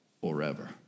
forever